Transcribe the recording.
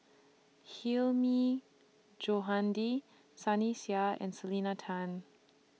Hilmi Johandi Sunny Sia and Selena Tan